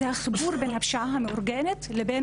זה החיבור בין הפשיעה המאורגנת לבין